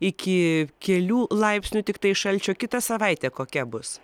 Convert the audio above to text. iki kelių laipsnių tiktai šalčio kita savaitė kokia bus